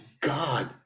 god